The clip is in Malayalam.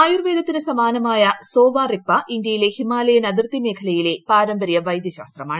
ആയുർവേദത്തിന് സമാനമായ സോവ റിഗ്പ ഇന്ത്യയിലെ ഹിമാലയൻ അതിർത്തി മേഖലയിലെ പാരമ്പരൃ വൈദൃശാസ്ത്രമാണ്